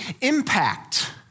impact